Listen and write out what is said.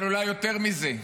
אבל אולי יותר מזה,